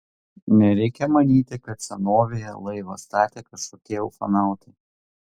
nereikia manyti kad senovėje laivą statė kažkokie ufonautai